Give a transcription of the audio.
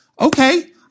okay